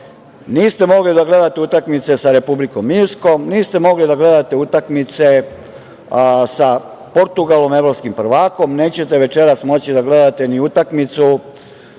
niste mogli da gledate utakmice sa Republikom Irskom, niste mogli da gledate utakmice sa Portugalom, evropskim prvakom, a nećete večeras moći da gledate ni utakmicu